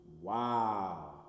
Wow